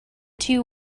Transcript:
two